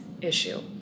issue